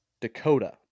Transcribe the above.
Dakota